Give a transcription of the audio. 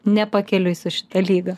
ne pakeliui su šita lyga